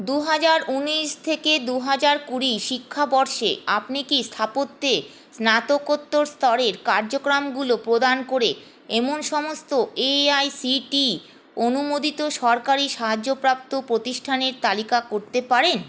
দু হাজার উনিশ থেকে দু হাজার কুড়ি শিক্ষাবর্ষে আপনি কি স্থাপত্যে স্নাতকোত্তর স্তরের কার্যক্রমগুলো প্রদান করে এমন সমস্ত এআইসিটিই অনুমোদিত সরকারি সাহায্যপ্রাপ্ত প্রতিষ্ঠানের তালিকা করতে পারেন